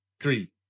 Three